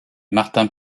martins